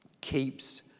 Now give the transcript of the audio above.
keeps